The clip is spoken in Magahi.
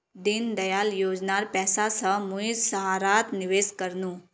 दीनदयाल योजनार पैसा स मुई सहारात निवेश कर नु